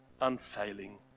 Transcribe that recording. unfailing